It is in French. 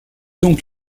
donc